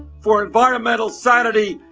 for environmental sanity,